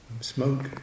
smoke